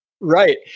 Right